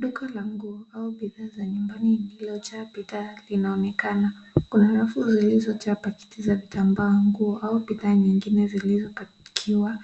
Duka la nguo au bidhaa za nyumbani lililojaa bidhaa linaonekana. Kuna rafu zilizochapa kiti za kitambaa nguo au bidhaa nyingine zilizopakiwa